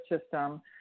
system